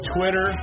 Twitter